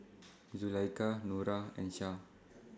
Zulaikha Nura and Shah